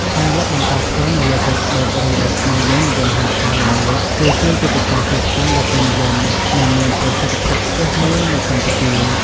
ការលក់បន្តផ្ទាលនៅលើ Facebook ឬដែលខ្មែរយើងនិយមហៅថា Live លក់ គឺជាយុទ្ធសាស្ត្រទីផ្សារដ៏ពេញនិយម និងមានប្រសិទ្ធភាពខ្ពស់មួយនៅកម្ពុជា។